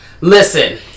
listen